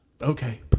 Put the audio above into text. Okay